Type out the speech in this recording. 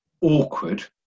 awkward